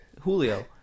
Julio